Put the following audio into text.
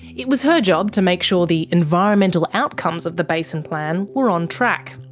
it was her job to make sure the environmental outcomes of the basin plan were on track.